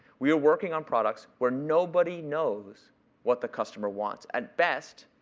we are working on products where nobody knows what the customer wants. at best,